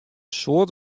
soad